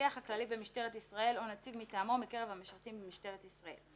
המפקח הכללי במשטרת ישראל או נציג מטעמו מקרב המשרתים במשטרת ישראל,